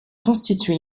constituer